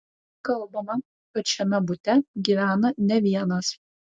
kalbama kad šiame bute gyvena ne vienas